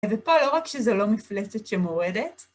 ופה לא רק שזו לא מפלצת שמועדת,